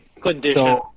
Condition